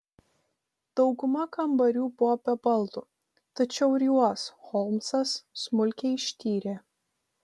dauguma kambarių buvo be baldų tačiau ir juos holmsas smulkiai ištyrė